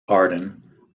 arden